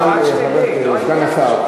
סגן השר,